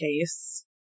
case